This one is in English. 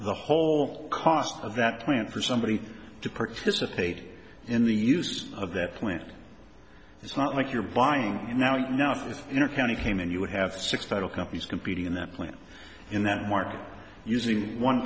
the whole cost of that plant for somebody to participate in the use of that plant it's not like you're buying now you know if your county came in you would have six title companies competing in that plant in that market using one